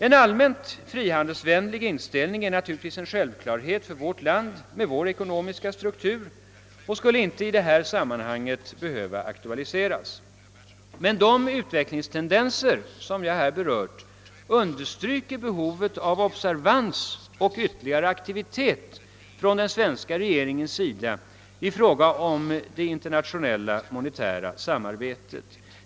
En allmänt frihandelsvänlig inställning är naturligtvis en självklarhet för vårt land med vår ekonomiska struktur och skulle inte i detta sammanhang behöva aktualiseras. Men de utvecklingstendenser som jag berört här understryker behovet av observans och ytterligare aktivitet från den svenska regeringens sida i fråga om det internationella monetära samarbetet.